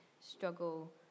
struggle